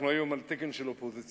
אנחנו היום על תקן של אופוזיציונרים,